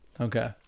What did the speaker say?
Okay